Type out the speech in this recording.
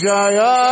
Jaya